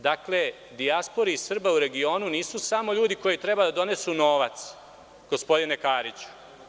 Dakle, u dijaspori Srba u regionu nisu samo ljudi koji treba da donesu novac, gospodine Kariću.